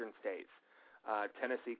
states—Tennessee